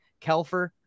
Kelfer